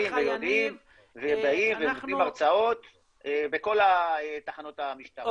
ויודעים ובאים ונותנים הרצאות בכל תחנות המשטרה.